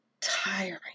tiring